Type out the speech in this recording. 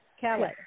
Kelly